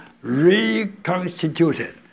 reconstituted